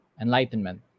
enlightenment